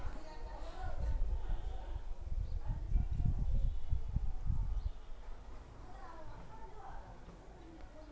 ಬಿದಿರ್ ಒಂಥರಾ ಎಲ್ಲಾ ಗಿಡಕ್ಕಿತ್ತಾ ಭಾಳ್ ಜಲ್ದಿ ಮತ್ತ್ ಭಾಳ್ ಗಟ್ಟಿ ಬೆಳ್ಯಾದು ಅಪರೂಪದ್ ಗಿಡಾ